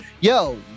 Yo